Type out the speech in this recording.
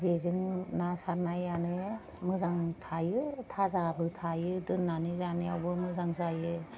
जेजों ना सारनायानो मोजां थायो थाजाबो थायो दोन्नानै जानायावबो मोजां जायो